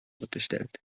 unterstellt